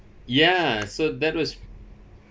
ya so that was